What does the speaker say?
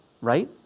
right